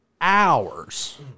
hours